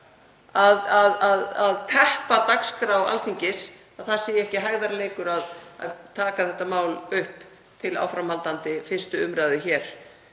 að teppa dagskrá Alþingis að það sé ekki hægðarleikur að taka þetta mál upp til áframhaldandi 1. umr. hér